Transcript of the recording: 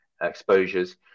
exposures